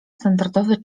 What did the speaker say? standardowy